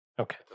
Okay